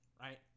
right